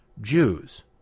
Jews